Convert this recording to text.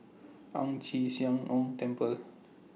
Ang Chee Sia Ong Temple